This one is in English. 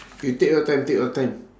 you take your time take your time